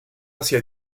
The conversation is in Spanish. hacia